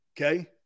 Okay